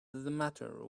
matter